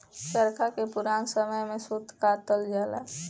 चरखा से पुरान समय में सूत कातल जाला